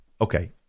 Okay